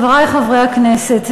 חברי חברי הכנסת,